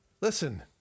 Listen